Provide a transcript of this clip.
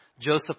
Joseph